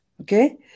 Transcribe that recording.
okay